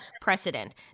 precedent